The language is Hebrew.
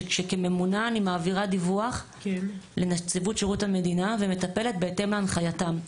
שכממונה אני מעבירה דיווח לנציבות שירות המדינה ומטפלת בהתאם להנחייתם.